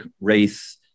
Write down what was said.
race